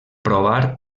provar